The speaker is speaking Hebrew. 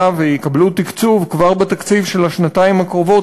ויקבלו תקצוב כבר בתקציב של השנתיים הקרובות,